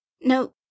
No